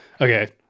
okay